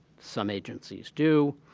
some agencies do.